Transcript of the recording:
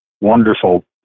wonderful